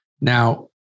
Now